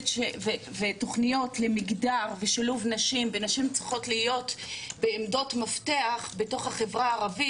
תוכניות למגדר ושילוב נשים בעמדות מפתח בתוך החברה הערבית.